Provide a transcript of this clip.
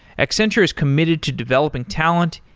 accenture is committed to developing talent,